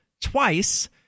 twice